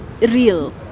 Real